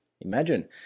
imagine